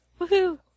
Woohoo